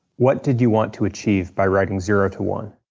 what did you want to achieve by writing zero to one?